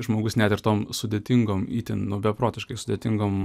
žmogus net ir tom sudėtingom itin nu beprotiškai sudėtingom